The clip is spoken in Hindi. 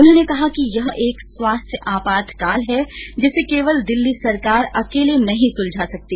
उन्होंने कहा कि यह एक स्वास्थ्य आपातकाल है जिसे केवल दिल्ली सरकार अकेले नहीं सुलझा सकती